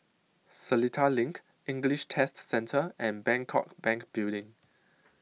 Seletar LINK English Test Centre and Bangkok Bank Building